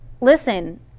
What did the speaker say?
listen